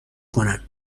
کنن